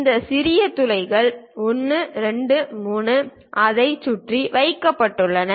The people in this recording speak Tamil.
இந்த சிறிய துளைகள் 1 2 3 அதைச் சுற்றி வைக்கப்பட்டுள்ளன